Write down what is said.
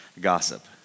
gossip